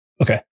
Okay